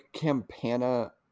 campana